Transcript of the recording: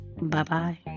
bye-bye